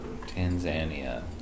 Tanzania